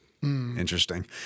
Interesting